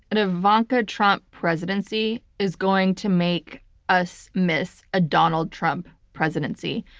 an ivanka trump presidency is going to make us miss a donald trump presidency.